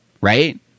Right